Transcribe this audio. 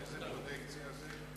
איזה פרוטקציה זה?